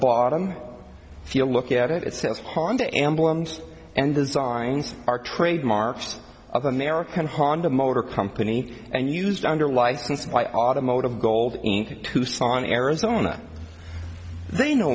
bottom if you look at it it says honda emblems and designs are trademarks of american honda motor company and used under license by automotive gold in tucson arizona they know